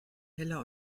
heller